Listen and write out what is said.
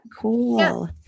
Cool